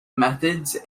methods